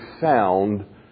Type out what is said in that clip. found